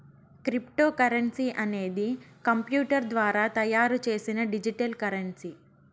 cryptocurrency అనేది computer ద్వారా తయారు చేసిన డిజిటల్ కరెన్సీ